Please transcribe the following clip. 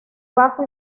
bajo